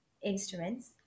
instruments